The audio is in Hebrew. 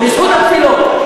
בזכות התפילות.